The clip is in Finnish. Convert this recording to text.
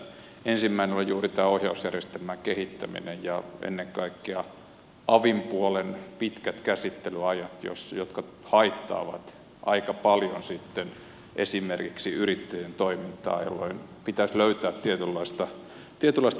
ensimmäinen oli juuri tämä ohjausjärjestelmän kehittäminen ja ennen kaikkea avin puolen pitkät käsittelyajat jotka haittaavat aika paljon sitten esimerkiksi yrittäjien toimintaa jolloin pitäisi löytää tietynlaista nopeutta